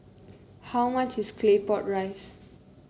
how much is Claypot Rice